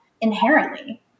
inherently